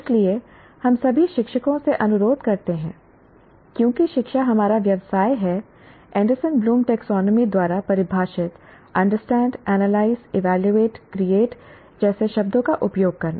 इसलिए हम सभी शिक्षकों से अनुरोध करते हैं क्योंकि शिक्षा हमारा व्यवसाय है एंडरसन ब्लूम टैक्सोनॉमी द्वारा परिभाषित अंडरस्टैंड एनालाइज इवेलुएट और क्रिएट जैसे शब्दों का उपयोग करना